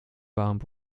bomb